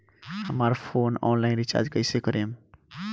हमार phone online recharge कईसे करेम?